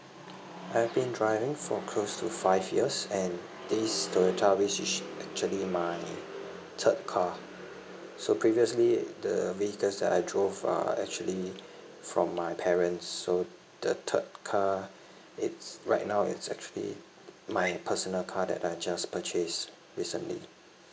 I have been driving for close to five years and this toyota wish is actually my third car so previously the vehicles that I drove are actually from my parents so the third car it's right now it's actually my personal car that I just purchased recently